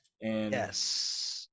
Yes